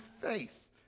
faith